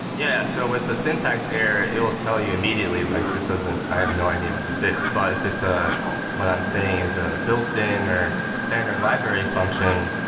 yeah. so with the syntax error, it will tell you immediately like this doesn't i have no idea what this is. but if it's a what i'm saying is a built-in, or standard library function,